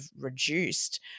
reduced